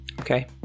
okay